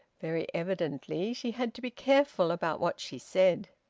very evidently she had to be careful about what she said.